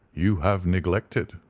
you have neglected.